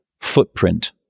footprint